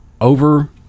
over